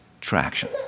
traction